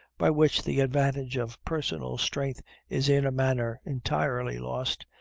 by which the advantage of personal strength is in a manner entirely lost,